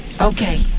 Okay